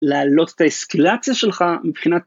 להעלות את האסקלציה שלך מבחינת...